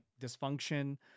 dysfunction